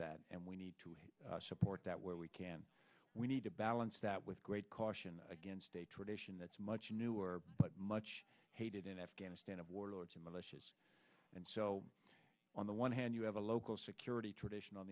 that and we need to support that where we can we need to balance that with great caution against a tradition that's much newer but much hated in afghanistan of warlords and militias and so on the one hand you have a local security tradition on